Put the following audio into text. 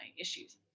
issues